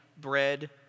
bread